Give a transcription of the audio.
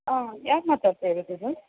ಆಂ ಯಾರು ಮಾತಾಡ್ತಾ ಇರೋದಿದು